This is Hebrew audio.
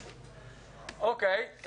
אוקיי.